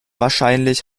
wahrscheinlich